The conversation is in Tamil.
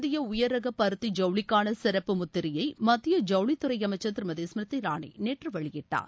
இந்திய உயர்ரக பருத்தி ஜவுளிக்கான சிறப்பு முத்திரையை மத்திய ஜவுளி அமைச்சர் திருமதி ஸ்மிருதி இரானி நேற்று வெளியிட்டார்